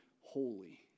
holy